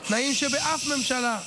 תנאים שבאף ממשלה,